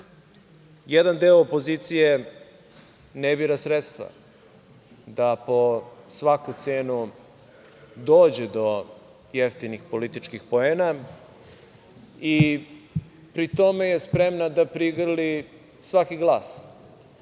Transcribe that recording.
jedan deo opozicije ne bira sredstva, da po svaku cenu dođe do jeftinih političkih poena i pri tome je spremna da prigrli svaki glas,